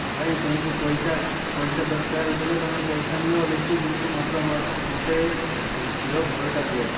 ଭାଇ ତମକୁ ପଇସା ପଇସା ଦରକାର ବୋଲେ ପଇସା ନିଅ ବେଶୀ କିନ୍ତୁ ମାତ୍ର ମୋର ମୋତେ କ୍ଷୀର ଭଲଟା ଦିଅ